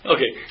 Okay